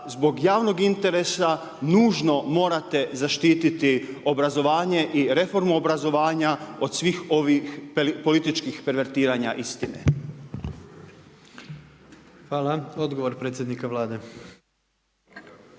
zbog javnog interesa nužno morate zaštititi obrazovanje i reformu obrazovanja od svih ovih politički pervertiranja istine? **Jandroković, Gordan